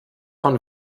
von